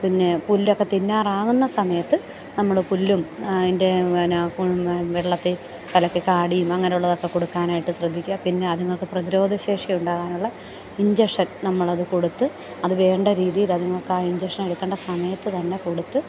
പിന്നെ പുല്ലൊക്കെ തിന്നാറാവുന്ന സമയത്ത് നമ്മൾ പുല്ലും അതിൻ്റെ പിന്നെ വെള്ളത്തിൽ കലക്കി കാടിയും അങ്ങനെയുള്ളതൊക്കെ കൊടുക്കാനായിട്ട് ശ്രദ്ധിക്കുക പിന്നെ അതുങ്ങൾക്ക് പ്രതിരോധ ശേഷി ഉണ്ടാകാനുള്ള ഇൻജക്ഷൻ നമ്മൾ അത് കൊടുത്ത് അത് വേണ്ട രീതിയിൽ അതുങ്ങൾക്ക് ആ ഇഞ്ചക്ഷൻ എടുക്കേണ്ട സമയത്ത് തന്നെ കൊടുത്ത്